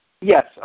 Yes